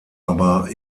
aber